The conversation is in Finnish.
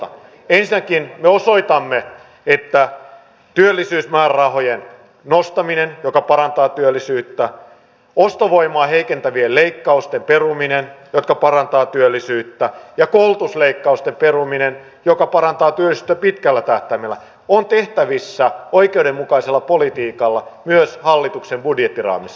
ensinnäkin me osoitamme että työllisyysmäärärahojen nostaminen joka parantaa työllisyyttä ostovoimaa heikentävien leikkausten peruminen joka parantaa työllisyyttä sekä koulutusleikkausten peruminen joka parantaa työllisyyttä pitkällä tähtäimellä ovat tehtävissä oikeudenmukaisella politiikalla myös hallituksen budjettiraamissa